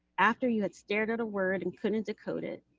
after you had stared at a word and couldn't decode it,